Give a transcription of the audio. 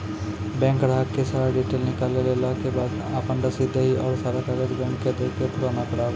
Bank ग्राहक के सारा डीटेल निकालैला के बाद आपन रसीद देहि और सारा कागज बैंक के दे के पुराना करावे?